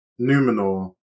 Numenor